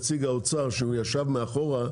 נציג האוצר שישב מאחורה,